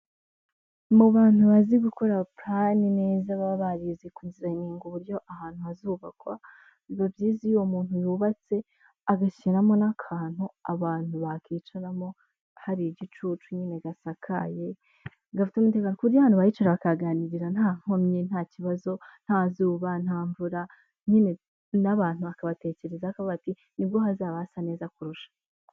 Mu bantu bazi gukora pulani neza baba barize kudizayiniga uburyo ahantu hazubakwa, biba byiza iyo uwo umuntu yubatse agashyiramo n'akantu abantu bakicaramo hari igicucu. Nyine gasakaye gafite umutekano ku buryo abantu bahicara bakaganirira nta nkomyi, nta kibazo, nta zuba, nta mvura. Nyine n'abantu bakabatekerezaho bati nibwo hazaba hasa neza kurusha.